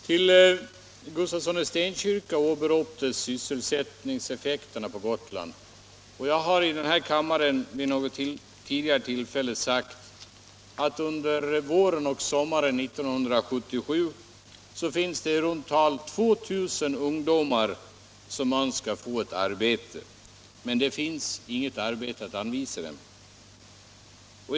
Herr Gustafsson i Stenkyrka åberopade sysselsättningseffekterna på Gotland. Vid något tidigare tillfälle har jag i denna kammare sagt att under våren och sommaren 1977 söker i runt tal 2 000 ungdomar arbete, utan att man kan anvisa dem något.